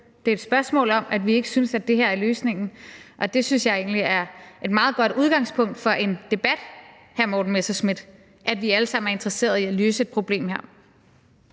Det er et spørgsmål om, at vi ikke synes, at det her er løsningen, og det synes jeg egentlig er et meget godt udgangspunkt for en debat, hr. Morten Messerschmidt: At vi alle sammen er interesseret i at løse et problem her.